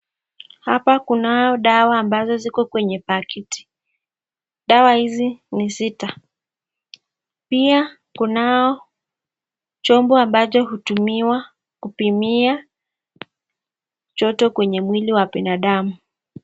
Hapa kunao dawa ambazo ziko kwenye pakiti. Dawa hizi ni sita. Pia kunao chombo ambacho hutumiwa kupimia joto kwenye mwili wa binadamu.